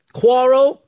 quarrel